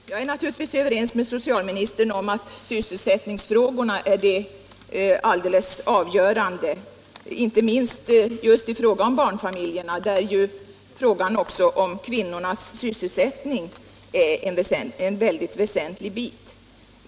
Herr talman! Jag är naturligtvis överens med socialministern om att sysselsättningsfrågorna är alldeles avgörande, inte minst för barnfamiljerna, där ju också frågan om kvinnornas sysselsättning är en bit av väsentlig betydelse.